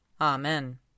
Amen